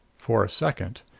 for a second,